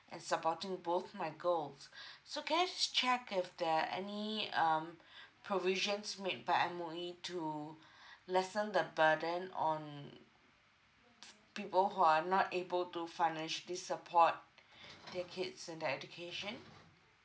and supporting both my girls so can I just check if there are any um provisions made by M_O_E to lessen the burden on people who are not able to financially support their kids in their education